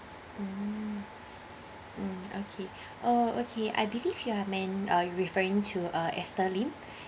mmhmm mm okay uh okay I believe you have meant uh you are refering uh ester lim